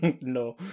No